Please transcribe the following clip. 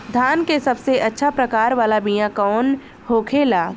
धान के सबसे अच्छा प्रकार वाला बीया कौन होखेला?